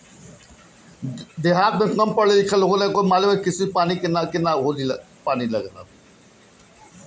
किशमिश के पानी में बिटामिन सी होला